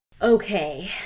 Okay